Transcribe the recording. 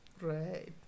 Right